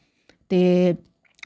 ते